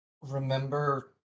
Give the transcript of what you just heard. remember